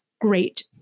great